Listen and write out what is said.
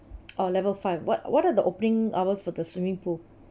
orh level five what what are the opening hours for the swimming pool